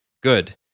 good